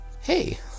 Hey